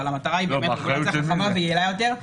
אבל המטרה היא באמת רגולציה חכמה ויעילה יותר.